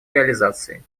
реализации